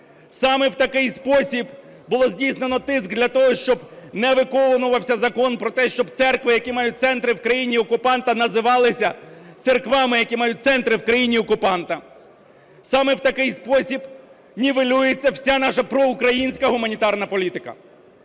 Саме в такий спосіб було здійснено тиск, для того щоб не виконувався закон про те, щоб церкви, які мають центри в країні-окупанта, називалися церквами, які мають центри в країні-окупанта. Саме в такий спосіб нівелюється вся наша проукраїнська гуманітарна політика.